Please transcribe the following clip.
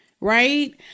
right